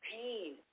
pain